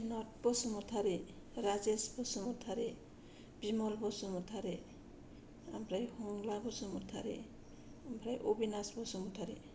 Binod Basumatary Rajesh Basumatary Bimal Basumatary Omfray Hangla Basumatary Omfray Abinash Basumatary